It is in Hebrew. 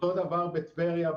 אותו דבר בטבריה,